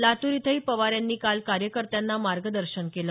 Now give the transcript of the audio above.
लातूर इथंही पवार यांनी काल कार्यकर्त्यांना मार्गदर्शन केलं